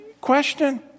question